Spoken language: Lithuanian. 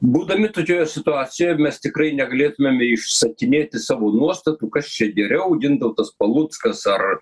būdami tokioje situacijoje mes tikrai negalėtumėm išsakinėti savo nuostatų kas čia geriau gintautas paluckas ar